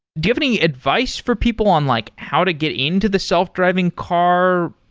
give any advice for people on like how to get into the self-driving car